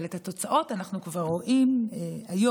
אבל את התוצאות אנחנו כבר רואים היום